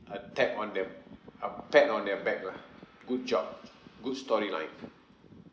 a tap on their a pat on their back lah good job good storyline